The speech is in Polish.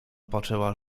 poczęła